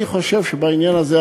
אני חושב שבעניין הזה,